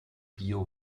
bio